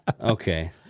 Okay